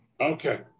Okay